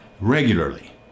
regularly